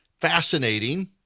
fascinating